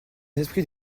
esprit